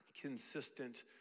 consistent